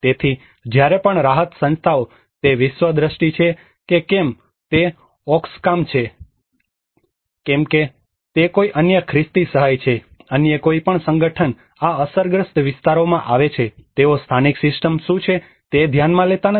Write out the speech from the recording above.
તેથી જ્યારે પણ રાહત સંસ્થાઓ તે વિશ્વ દ્રષ્ટિ છે કે કેમ તે ઓક્સફામ છે કે કેમ તે કોઈ અન્ય ખ્રિસ્તી સહાય છે કે અન્ય કોઈ પણ સંગઠન આ અસરગ્રસ્ત વિસ્તારોમાં આવે છે તેઓ સ્થાનિક સિસ્ટમ શું છે તે ધ્યાનમાં લેતા નથી